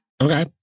Okay